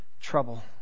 trouble